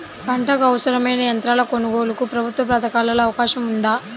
పంటకు అవసరమైన యంత్రాల కొనగోలుకు ప్రభుత్వ పథకాలలో అవకాశం ఉందా?